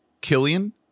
Killian